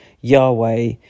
Yahweh